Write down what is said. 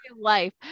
life